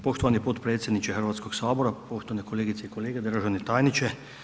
Poštovani potpredsjedniče Hrvatskog sabora, poštovane kolegice i kolege, državni tajniče.